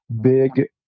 big